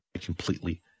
completely